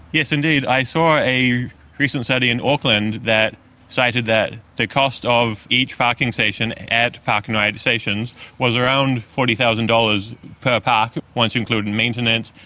yes, indeed. i saw a recent study in auckland that cited that the cost of each parking station at park-and-ride stations was around forty thousand dollars per park once you include and maintenance,